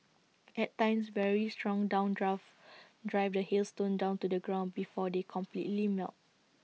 at times very strong downdrafts drive the hailstones down to the ground before they completely melt